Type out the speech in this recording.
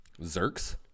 zerks